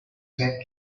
packed